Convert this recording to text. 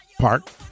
Park